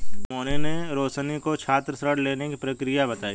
मोहिनी ने रोशनी को छात्र ऋण लेने की प्रक्रिया बताई